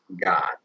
God